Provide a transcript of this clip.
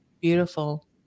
Beautiful